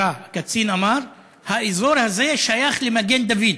קצין המשטרה אמר: האזור הזה שייך ל"מגן דוד אדום".